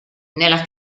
nella